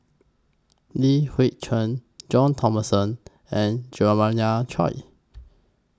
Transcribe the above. Li Hui Cheng John Thomson and Jeremiah Choy